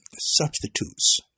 substitutes